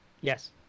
Yes